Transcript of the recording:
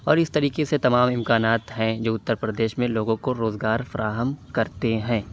اور اِس طریقے سے تمام امکانات ہیں جو اُتر پردیش میں لوگوں کو روزگار فراہم کرتے ہیں